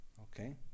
Okay